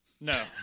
No